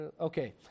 okay